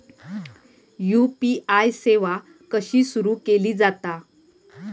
UPI सेवा कशी सुरू केली जाता?